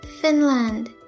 Finland